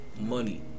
money